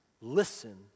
listen